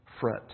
fret